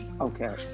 okay